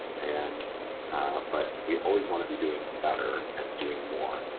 and ah but we always want to be doing better and doing more.